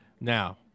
Now